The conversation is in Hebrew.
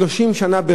30 שנה,